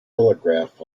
telegraph